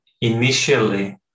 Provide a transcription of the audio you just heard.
initially